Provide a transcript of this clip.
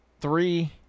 three